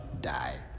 die